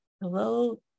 Hello